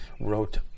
wrote